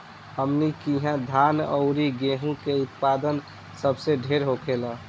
हमनी किहा धान अउरी गेंहू के उत्पदान सबसे ढेर होखेला